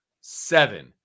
Seven